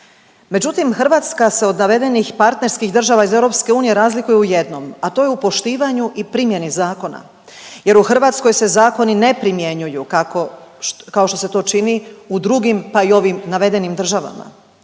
međutim, Hrvatska se od navedenih partnerskih država iz EU razlikuje u jednom, a to je u poštivanju i primjeni zakona jer u Hrvatskoj se zakoni ne primjenjuju kako, kao što se to čini u drugim, pa i ovim navedenim državama.